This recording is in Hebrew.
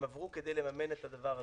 הם עברו כדי לממן את הדבר הזה.